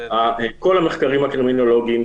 כל המחקרים הקרימינולוגיים,